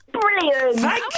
Brilliant